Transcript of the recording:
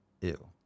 Ew